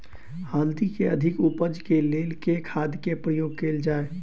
हल्दी केँ अधिक उपज केँ लेल केँ खाद केँ प्रयोग कैल जाय?